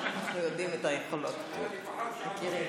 אנחנו יודעים את היכולות, מכירים.